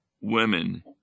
women